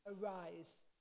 arise